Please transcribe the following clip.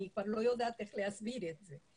אני כבר לא יודעת איך להסביר את זה.